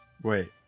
Wait